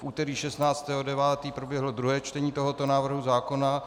V úterý 16. 9. proběhlo druhé čtení tohoto návrhu zákona.